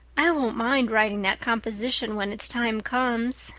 i won't mind writing that composition when its time comes,